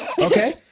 okay